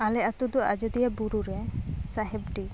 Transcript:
ᱟᱞᱮ ᱟᱛᱳ ᱫᱚ ᱟᱡᱚᱫᱤᱭᱟᱹ ᱵᱩᱨᱩᱨᱮ ᱥᱟᱦᱮᱵᱽᱰᱤ